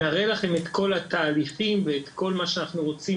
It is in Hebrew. נראה לכם את כל התהליכים ואת כל מה שאנחנו רוצים